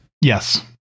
Yes